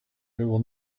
will